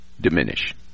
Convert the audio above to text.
diminish